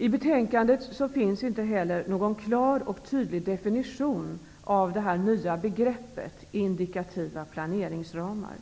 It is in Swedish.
I betänkandet finns ingen klar och tydlig definition av det nya begreppet ''indikativa planeringsramar''.